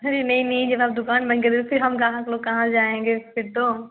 अरे नहीं नहीं आप दुकान बंद कर दे फिर हम ग्राहक लोग कहाँ जाएंगे फिर तो